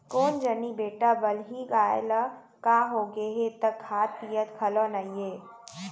कोन जनी बेटा बलही गाय ल का होगे हे त खात पियत घलौ नइये